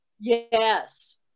Yes